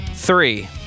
Three